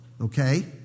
Okay